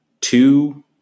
two